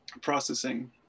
processing